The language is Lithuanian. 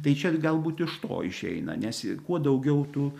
tai čia galbūt iš to išeina nes kuo daugiau tu